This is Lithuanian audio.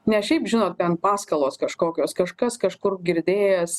ne šiaip žinot ten paskalos kažkokios kažkas kažkur girdėjęs